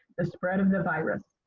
the spread of the virus.